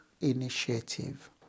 Initiative